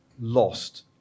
lost